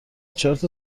چارت